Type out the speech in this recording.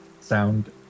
sound